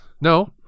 No